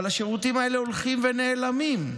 אבל השירותים האלה הולכים ונעלמים.